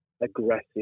aggressive